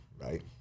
right